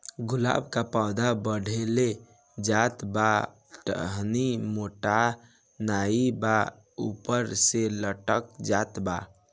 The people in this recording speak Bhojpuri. गुलाब क पौधा बढ़ले जात बा टहनी मोटात नाहीं बा ऊपर से लटक जात बा?